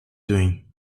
doing